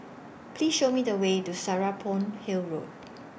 Please Show Me The Way to Serapong Hill Road